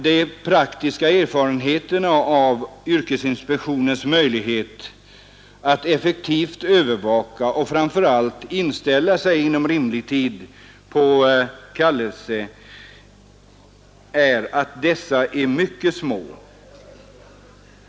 Den praktiska erfarenheten av yrkesinspektionens möjligheter att effektivt övervaka och framför allt inställa sig inom rimlig tid på kallelse är att dessa är mycket små.